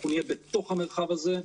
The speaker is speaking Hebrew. אנחנו נהיה בתוך המרחב הזה.